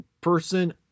person